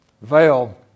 veil